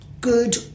good